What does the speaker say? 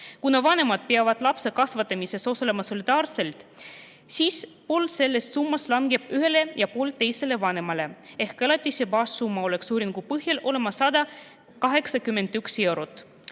Kuna vanemad peavad lapse kasvatamises osalema solidaarselt, siis pool sellest summast langeb ühele ja pool teisele vanemale ehk elatise baassumma oleks uuringu põhjal 181 eurot.